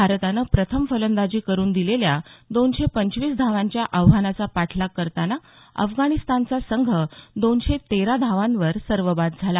भारतानं प्रथम फलंदाजी करून दिलेल्या दोनशे पंचवीस धावांच्या आव्हानाचा पाठलाग करताना अफगाणिस्तानचा संघ दोनशे तेरा धावांवर सर्वबाद झाला